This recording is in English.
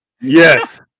Yes